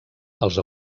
els